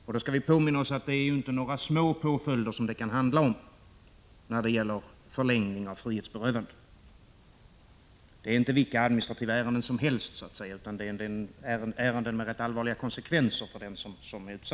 Vi skall påminna oss att de påföljder som det kan handla om inte är små — det gäller ju här förlängningar av frihetsberövanden. Det är inte fråga om vilka administrativa ärenden som helst utan om ärenden med rätt allvarliga konsekvenser för den som berörs.